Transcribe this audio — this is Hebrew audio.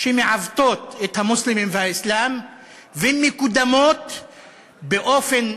שמעוותות את המוסלמים והאסלאם ומקודמות באופן